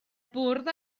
bwrdd